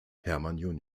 hermann